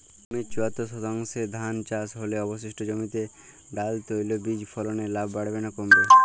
জমির চুয়াত্তর শতাংশে ধান চাষ হলে অবশিষ্ট জমিতে ডাল তৈল বীজ ফলনে লাভ বাড়বে না কমবে?